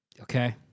Okay